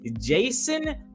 jason